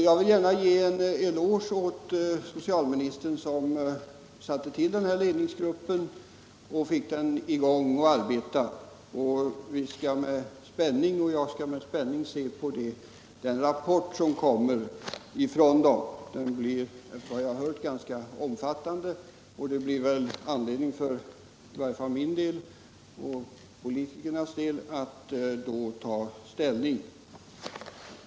Jag vill gärna ge en eloge åt socialministern, som tillsatte ledningsgruppen och såg till att den kom i gång med arbetet. Jag emotser med spänning den rapport som den här gruppen kommer att lämna. Den blir efter vad jag har hört ganska omfattande. För min del och för de övriga politikernas del blir det väl då anledning att ta ställning.